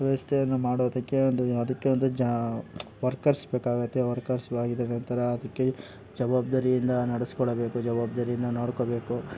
ವ್ಯವಸ್ಥೆಯನ್ನು ಮಾಡುವುದಕ್ಕೆ ಒಂದು ಅದಕ್ಕೆ ಒಂದು ಜಾ ವರ್ಕರ್ಸ್ ಬೇಕಾಗುತ್ತೆ ವರ್ಕರ್ಸ್ ಆಗಿದ ನಂತರ ಅದಕ್ಕೆ ಜವಾಬ್ದಾರಿಯಿಂದ ನಡೆಸಿಕೊಡಬೇಕು ಜವಾಬ್ದಾರಿಯಿಂದ ನೋಡ್ಕೊಳ್ಬೇಕು